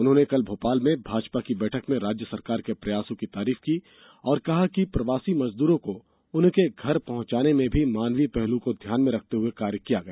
उन्होंने कल भोपाल में भाजपा की बैठक में राज्य सरकार के प्रयासों की तारीफ करते हुए कहा कि प्रवासी मजदूरों को उनके घर पहुँचाने में भी मानवीय पहलू का ध्यान रखते हुए कार्य किया गया